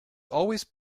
always